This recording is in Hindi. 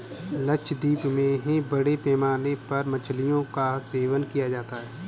लक्षद्वीप में बड़े पैमाने पर मछलियों का सेवन किया जाता है